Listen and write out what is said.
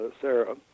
Sarah